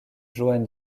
johann